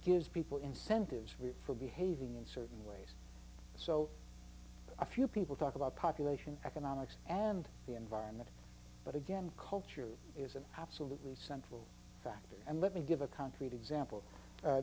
gives people incentives for behaving in certain ways so a few people talk about population economics and the environment but again culture is an absolutely central factor and let me give a concrete example